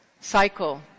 cycle